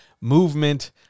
movement